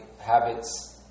habits